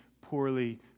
poorly